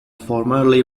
formerly